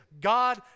God